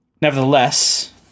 Nevertheless